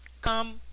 Come